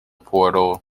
portal